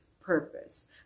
purpose